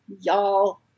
y'all